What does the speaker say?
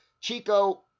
Chico